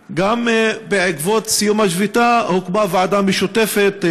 בעקבות סיום השביתה הוקמה ועדה משותפת,